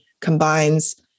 combines